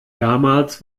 damals